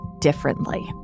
differently